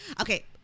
Okay